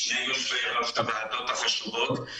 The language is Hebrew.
שני יושבי ראש הוועדות החשובות.